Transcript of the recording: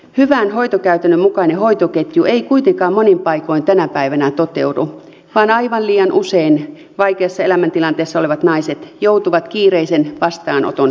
hyvän hoitokäytännön mukainen hoitoketju monin paikoin ei kuitenkaan tänä päivänä toteudu vaan aivan liian usein vaikeassa elämäntilanteessa olevat naiset joutuvat kiireisen vastaanoton keskelle